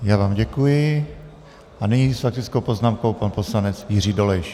Já vám děkuji a nyní s faktickou poznámkou pan poslanec Jiří Dolejš.